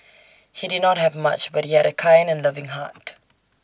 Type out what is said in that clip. he did not have much but he had A kind and loving heart